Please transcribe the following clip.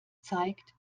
zeigt